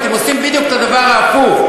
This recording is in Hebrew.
אתם עושים בדיוק את הדבר ההפוך,